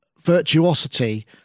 virtuosity